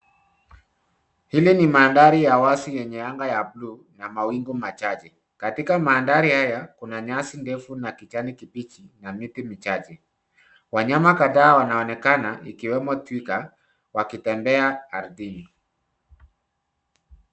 Hili ni mandhari ya wazi yenye anga ya buluu na mawingu machache. Katika mandhari haya kuna nyasi ndefu na kijani kibichi na miti michache. Wanyama kadhaa wanaonekana ikiwemo twiga wakitembea ardhini.